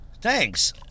thanks